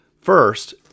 first